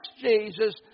Jesus